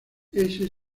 ese